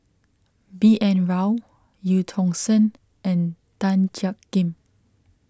B N Rao Eu Tong Sen and Tan Jiak Kim